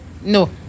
No